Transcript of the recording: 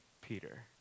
Peter